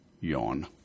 Yawn